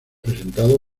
presentado